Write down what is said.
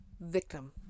victim